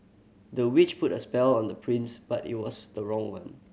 the witch put a spell on the prince but it was the wrong one